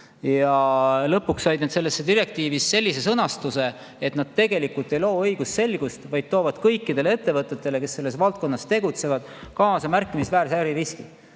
Lõpuks sai see direktiiv sellise sõnastuse, et see tegelikult ei loo õigusselgust, vaid toob kõikidele ettevõtetele, kes selles valdkonnas tegutsevad, kaasa märkimisväärse äririski.